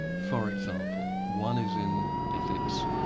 for example, one is in ethics.